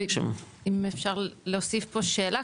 וגם אם אפשר להוסיף פה שאלה,